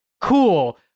cool